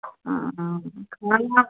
हाँ हाँ